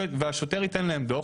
והשוטר ייתן להם דוח,